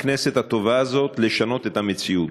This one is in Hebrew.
הכנסת הטובה הזאת, לשנות את המציאות.